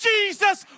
Jesus